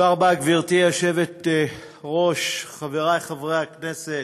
תודה רבה, גברתי היושבת-ראש, חברי חברי הכנסת,